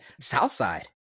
Southside